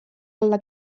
alla